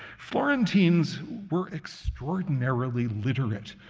florentines were extraordinarily literate.